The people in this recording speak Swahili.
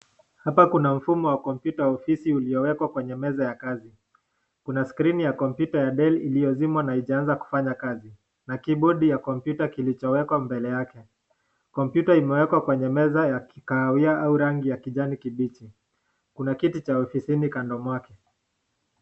Hapa kuna mfumo wa kompyuta ofisi uliowekwa kwenye meza ya kazi. Kuna skrini ya Dell iliyozimwa na haijaanza kufanya kazi na kibodi ya kompyuta kilichowekwa mbele yake. Kompyuta imewekwa kwenye meza ya kikahawia au rangi ya kijani kibichi, kuna kiti cha ofisi kando mwake.